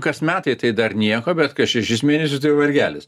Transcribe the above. kas metai tai dar nieko bet kas šešis mėnesius tai jau vargelis